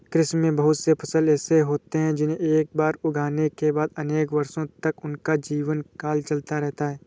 कृषि में बहुत से फसल ऐसे होते हैं जिन्हें एक बार लगाने के बाद अनेक वर्षों तक उनका जीवनकाल चलता रहता है